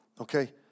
okay